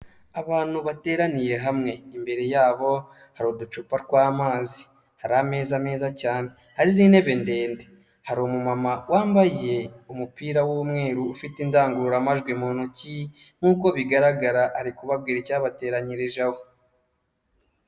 Abantu bateraniye hamwe imbere yabo hari uducupa tw'amazi, hari ameza meza cyane hari n'intebe ndende, hari umu mama wambaye umupira w'umweru ufite indangururamajwi mu ntoki nk'uko bigaragara ari kubabwira icyabateranyirije aho.